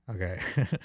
Okay